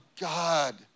God